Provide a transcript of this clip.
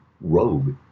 rogue